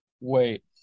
Wait